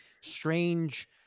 strange